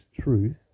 truth